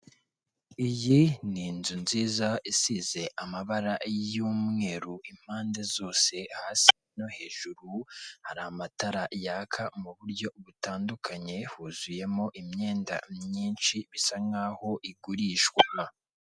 Iyi ni inzu nziza isize amabara y'umweru impande zose hasi no hejuru hari amatara yaka mu buryo butandukanye. Yuzuyemo imyenda myinshi, bisa nk'aho igurishwa.